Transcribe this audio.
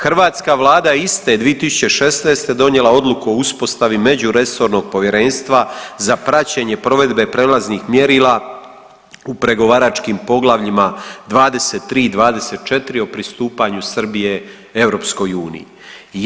Hrvatska Vlada iste 2016. je donijela Odluku o uspostavi međuresornog povjerenstva za praćenje provedbe prijelaznih mjerila u pregovaračkim poglavljima 23 i 24 o pristupanju Srbije Europskoj uniji.